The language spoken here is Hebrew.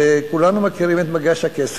וכולנו מכירים את "מגש הכסף"